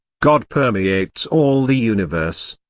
god permeates all the universe,